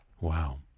Wow